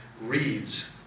reads